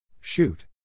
Shoot